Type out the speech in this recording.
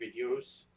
videos